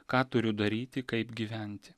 ką turiu daryti kaip gyventi